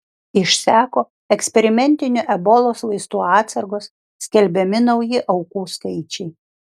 išseko eksperimentinių ebolos vaistų atsargos skelbiami nauji aukų skaičiai